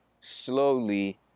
slowly